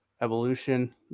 Evolution